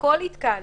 בכל התקהלות.